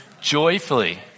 joyfully